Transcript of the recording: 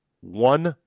one